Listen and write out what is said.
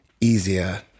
easier